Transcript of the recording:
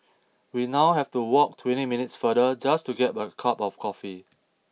we now have to walk twenty minutes farther just to get a cup of coffee